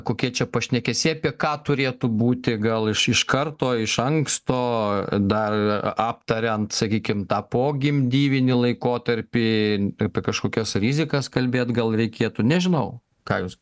kokie čia pašnekesiai apie ką turėtų būti gal iš karto iš anksto dar aptariant sakykim tą pogimdyvinį laikotarpį apie kažkokias rizikas kalbėt gal reikėtų nežinau ką jūs